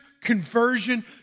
conversion